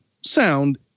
sound